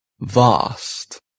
vast